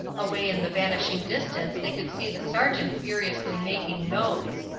away in the vanishing distance they could see the sergeant furiously making notes.